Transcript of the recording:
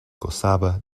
gozaba